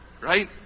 Right